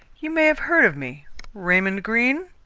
you may have heard of me raymond greene?